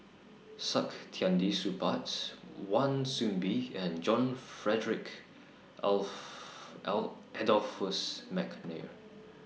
Saktiandi Supaat's Wan Soon Bee and John Frederick of L Adolphus Mcnair